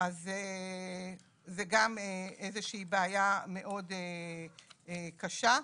זו גם איזושהי בעיה מאוד קשה.